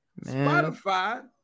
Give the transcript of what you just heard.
Spotify